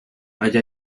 hay